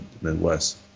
Midwest